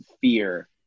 fear